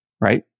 right